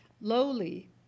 lowly